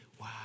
Wow